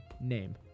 name